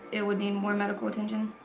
it would need more medical attention,